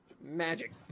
Magic